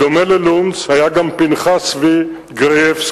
בדומה ללונץ היה גם פנחס צבי גרייבסקי